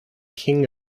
king